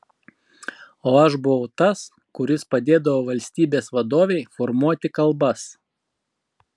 o aš buvau tas kuris padėdavo valstybės vadovei formuoti kalbas